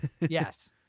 yes